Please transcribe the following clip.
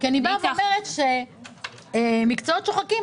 אני אומרת שמקצועות שוחקים,